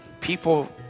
people